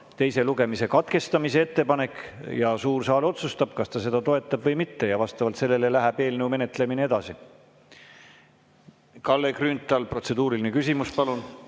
teise lugemise katkestamise ettepanek ja suur saal otsustab, kas ta seda toetab või mitte. Ja vastavalt sellele läheb eelnõu menetlemine edasi. Kalle Grünthal, protseduuriline küsimus. Palun!